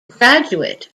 graduate